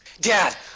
Dad